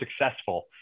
successful